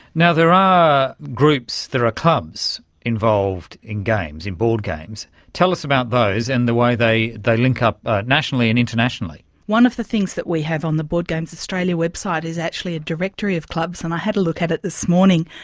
there are groups, there are clubs involved in in board games. tell us about those and the way they they link up nationally and internationally. one of the things that we have on the board games australia website is actually a directory of clubs, and i had a look at it this morning,